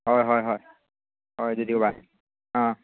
ꯍꯣꯏ ꯍꯣꯏ ꯍꯣꯏ ꯍꯣꯏ ꯑꯗꯨꯗꯤ ꯚꯥꯏ ꯑꯥ